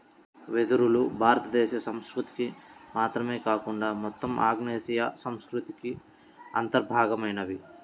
వెదురులు భారతదేశ సంస్కృతికి మాత్రమే కాకుండా మొత్తం ఆగ్నేయాసియా సంస్కృతికి అంతర్భాగమైనవి